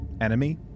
enemy